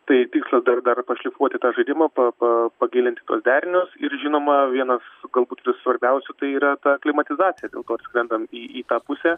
tai tikslas dar dar pašlifuoti tą žaidimą pa pa pagilinti tuos derinius ir žinoma vienas galbūt ir svarbiausių tai yra ta aklimatizacija dėl to ir skrendam į į tą pusę